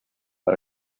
per